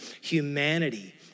Humanity